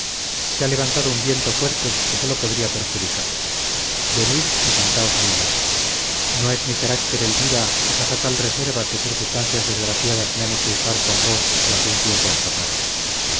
se ha levantado un viento fuerte que sólo podría perjudicaros venid y sentaos a mi lado no es mi carácter elvira esa fatal reserva que circunstancias desgraciadas me han hecho usar con vos de algún tiempo a esta parte